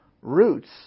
roots